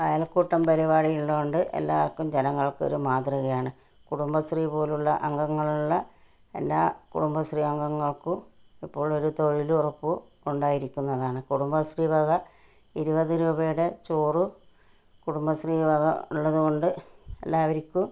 അയൽക്കൂട്ടം പരിപാടി ഉള്ളതുകൊണ്ട് എല്ലാവർക്കും ജനങ്ങൾക്ക് ഒരു മാതൃകയാണ് കുടുംബശ്രീ പോലുള്ള അംഗങ്ങളുള്ള എല്ലാ കുടുംബശ്രീ അംഗങ്ങൾക്കും ഇപ്പോൾ ഒരു തൊഴിലുറപ്പ് ഉണ്ടായിരിക്കുന്നതാണ് കുടുംബശ്രീ വക ഇരുപത് രൂപയുടെ ചോറ് കുടുംബശ്രീ വക ഉള്ളതുകൊണ്ട് എല്ലാവർക്കും